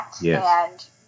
Yes